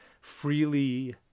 freely